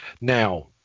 Now